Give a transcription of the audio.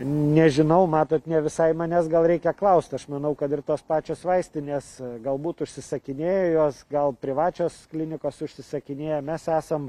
nežinau matot ne visai manęs gal reikia klaust aš manau kad ir tos pačios vaistinės galbūt užsisakinėjo jos gal privačios klinikos užsisakinėja mes esam